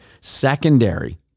secondary